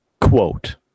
quote